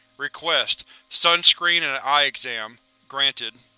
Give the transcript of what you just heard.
request sun-screen and an eye exam. granted.